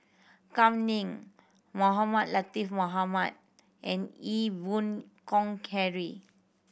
Kam Ning Mohamed Latiff Mohamed and Ee Boon Kong Henry